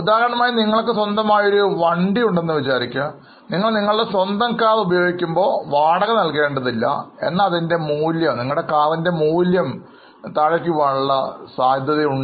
ഉദാഹരണമായി നിങ്ങൾക്ക് സ്വന്തമായി ഒരു കാർ ഉണ്ടെന്നു വിചാരിക്കുക നിങ്ങൾ നിങ്ങളുടെ സ്വന്തം കാർ ഉപയോഗിക്കുമ്പോൾ വാടക നൽകേണ്ടതില്ല എന്നാൽ നിങ്ങളുടെ കാറിൻറെ മൂല്യം കുറയുന്നു